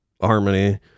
harmony